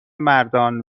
مردان